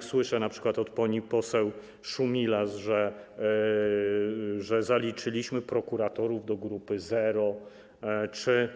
Słyszę, np. od pani poseł Szumilas, że zaliczyliśmy prokuratorów do grupy zero, czy